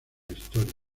historia